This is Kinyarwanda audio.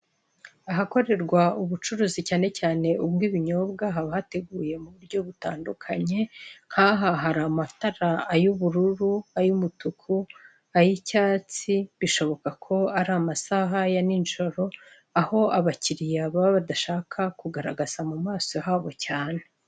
Ahakorerwa ubucuruzi cyane cyane ubw'ibinyobwa haba hateguye mu buryo butandukanye nkaha hari amatara ay'umweru, ay'umutuku, ay'icyatsi bishoboka ko ari amasaha ya ninjoro aho abakiriya baba badashaka kugaragaza mu maso habo cyane.